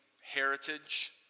heritage